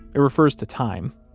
it refers to time,